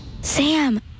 Sam